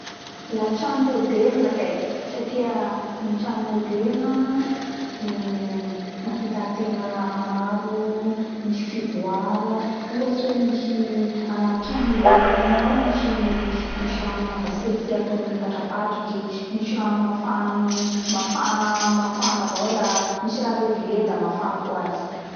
La tragno moderne kay satria ny tragno moderne uhm ahita tegna raha maro misy fivoara ohatsy hoe misy agnaty trano moderne igny ao misy misy rano mangatsiatsiaky mipatrapatraky; misy rano mafana uhm mafana mafana avao la misy raha E regle da mafana ho azy